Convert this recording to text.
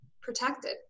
protected